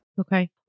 Okay